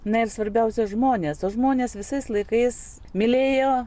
na ir svarbiausia žmonės o žmonės visais laikais mylėjo